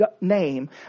name